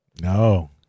No